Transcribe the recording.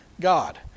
God